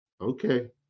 okay